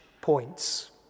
points